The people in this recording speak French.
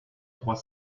trois